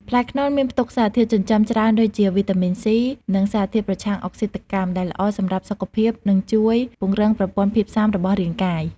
ផ្លែខ្នុរមានផ្ទុកសារធាតុចិញ្ចឹមច្រើនដូចជា វីតាមីន C និងសារធាតុប្រឆាំងអុកស៊ីតកម្ម ដែលល្អសម្រាប់សុខភាព និងជួយពង្រឹងប្រព័ន្ធភាពស៊ាំរបស់រាងកាយ។